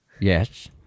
Yes